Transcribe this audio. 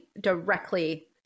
directly